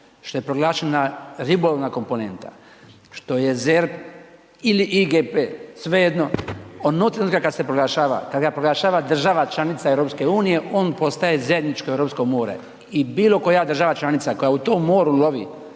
što je proglašena ribolovna komponenta, što je ZERP ili IGP, svejedno, od onog trenutka kad se proglašava, kad ga proglašava država članica EU, on postaje zajedničko europsko more i bilo koja država članica koja u tom moru lovi,